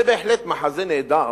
זה בהחלט מחזה נהדר